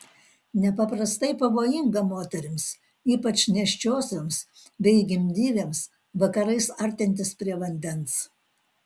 nepaprastai pavojinga moterims ypač nėščiosioms bei gimdyvėms vakarais artintis prie vandens